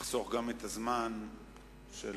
לחסוך את הזמן של